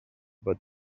but